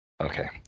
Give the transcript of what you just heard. Okay